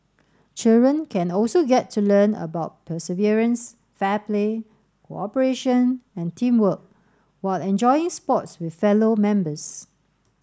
children can also get to learn about perseverance fair play cooperation and teamwork while enjoying sports with fellow members